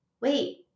wait